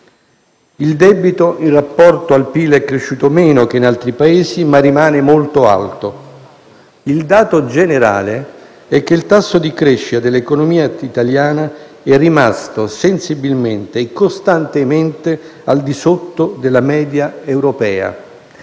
Il debito in rapporto al PIL è cresciuto meno che in altri Paesi, ma rimane molto alto. Il dato generale è che il tasso di crescita dell'economia italiana è rimasto sensibilmente e costantemente al di sotto della media europea.